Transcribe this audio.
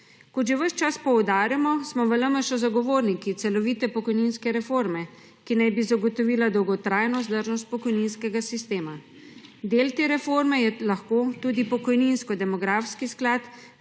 Kot že ves čas poudarjamo, smo v LMŠ zagovorniki celovite pokojninske reforme, ki naj bi zagotovila dolgotrajno vzdržnost pokojninskega sistema. Del te reforme je lahko tudi pokojninsko demografski sklad,